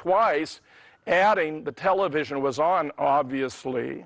twice adding the television was on obviously